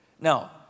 Now